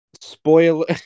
Spoiler